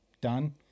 done